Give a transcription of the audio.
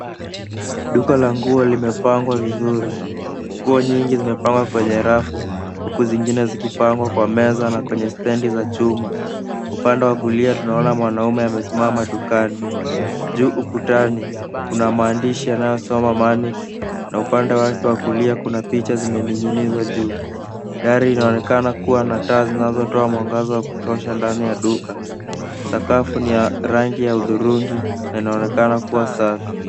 Duka la nguo limepangwa vizuri. Nguo nyingi zimepangwa kwenye rafu huku zingine zikipangwa kwa meza na kwenye stendi za chuma. Upande wa kulia, tunaona mwanaume akiwa amesimama dukani. Juu ukutani, kuna maandishi yanayosoma Manics na upande wake wa kulia kuna picha zimening'inizwa juu. Dari linaonekana kuwa na taa zinazotoa mwangaza wa kutosha ndani ya duka. Sakafu ni ya rangi ya udhurungi na inaonekana kuwa safi.